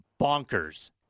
bonkers